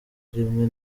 rimwe